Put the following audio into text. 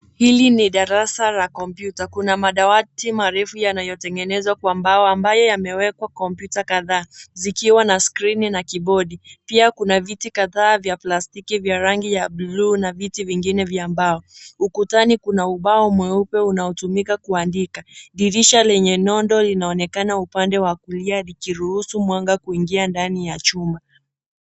Hili ni darasa la kompyuta. Kuna madawati marefu yanayotengenezwa kwa mbao ambayo yamewekwa kompyuta kadhaa zikiwa na skrini na kibodi. Pia kuna viti kadhaa vya plastiki vya rangi ya bluu na viti vingine vya mbao. Ukutani kuna ubao mweupe unaotumika kuandika. Dirisha lenye nondo linaonekana upande wa kulia vikiruhusu mwanga kuingia ndani ya chumba.